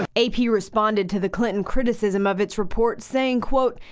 a p. responded to the clinton criticism of its report saying, quote,